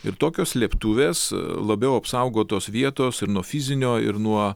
ir tokios slėptuvės labiau apsaugotos vietos ir nuo fizinio ir nuo